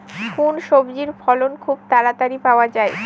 কোন সবজির ফলন খুব তাড়াতাড়ি পাওয়া যায়?